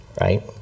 right